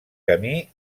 camí